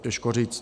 Těžko říct.